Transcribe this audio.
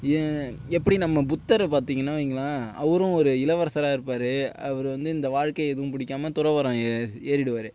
எப்படி நம்ம புத்தரை பார்த்திங்கன்னா வைங்களேன் அவரும் ஒரு இளவரசராக இருப்பார் அவர் வந்து இந்த வாழ்க்கை எதுவும் பிடிக்காம துறவறம் ஏறிடுவார்